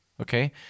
okay